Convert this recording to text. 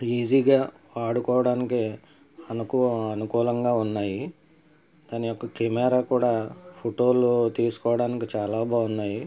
ఈజీగా ఆడుకోవడానికి అనుకూ అనుకూలంగా ఉన్నాయి దాని యొక్క కెమెరా కూడా ఫోటోలు తీసుకోవడానికి చాలా బాగున్నాయి